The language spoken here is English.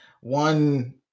one